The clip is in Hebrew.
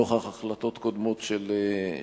נוכח החלטות קודמות של היועץ.